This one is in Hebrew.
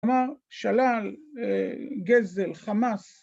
‫אמר שלל, גזל, חמס.